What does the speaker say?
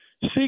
seek